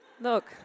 look